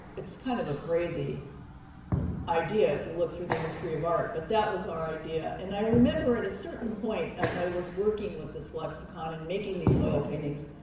it's kind of a crazy idea if you look through the history of art. but that was our idea. and i remember at a certain point, as i was working with this lexicon and making these oil paintings,